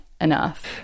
enough